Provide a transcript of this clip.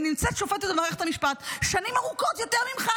היא נמצאת שופטת במערכת המשפט שנים ארוכות יותר ממך.